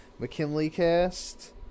mckinleycast